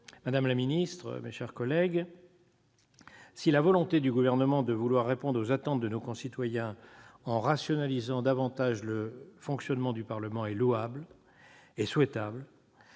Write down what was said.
Madame la garde des sceaux, mes chers collègues, si la volonté du Gouvernement de vouloir répondre aux attentes de nos concitoyens en rationalisant davantage le fonctionnement du Parlement est louable et souhaitable,